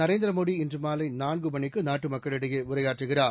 Narendra Modi இன்றுமாலைநான்குமணிக்குநாட்டுமக்களிடையேஉரையாற்றுகிறார்